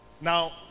Now